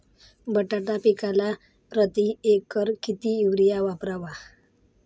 बटाटा पिकाला प्रती एकर किती युरिया वापरावा?